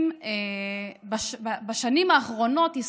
טיפול נמרץ